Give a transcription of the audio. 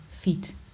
Feet